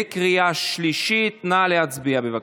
בקריאה שלישית, נא להצביע, בבקשה.